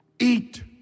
Eat